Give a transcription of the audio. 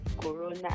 Corona